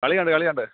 കളി കണ്ട് കളി കണ്ട്